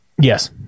Yes